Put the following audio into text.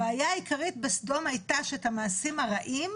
הבעיה העיקרית בסדום הייתה שאת המעשים הרעים